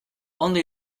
ondo